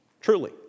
Truly